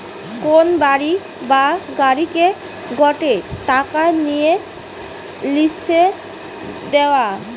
কোন বাড়ি বা গাড়িকে গটে টাকা নিয়ে লিসে দেওয়া